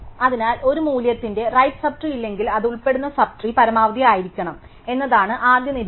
അതിനാൽ ഒരു മൂല്യത്തിന് റൈറ് സബ് ട്രീ ഇല്ലെങ്കിൽ അത് ഉൾപ്പെടുന്ന സബ് ട്രീ പരമാവധി ആയിരിക്കണം എന്നതാണ് ആദ്യ നിരീക്ഷണം